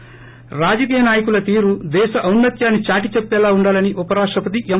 ప్పి రాజకీయ నాయకుల తీరు దేశ ఔన్నత్యాన్ని చాటిచెప్పేలా ఉండాలని భారత ఉప రాష్టపతి ఎం